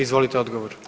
Izvolite odgovor.